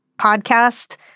podcast